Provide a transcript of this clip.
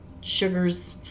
sugars